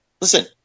Listen